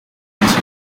polisi